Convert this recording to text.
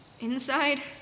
Inside